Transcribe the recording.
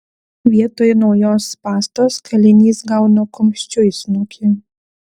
vietoj naujos pastos kalinys gauna kumščiu į snukį